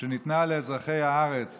שניתנה לאזרחי הארץ